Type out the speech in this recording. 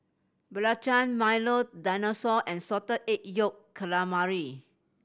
belacan Milo Dinosaur and Salted Egg Yolk Calamari